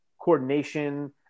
coordination